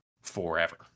forever